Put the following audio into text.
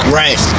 right